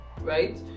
Right